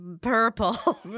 purple